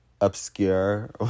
obscure